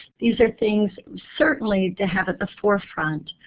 these are things certainly to have at the forefront.